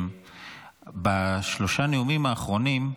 בשלושת הנאומים האחרונים,